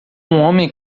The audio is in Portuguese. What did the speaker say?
homem